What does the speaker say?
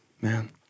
man